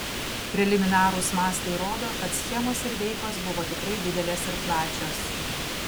preliminarūs mastai rodo kad schemos ir veikos buvo tikrai didelės ir plačios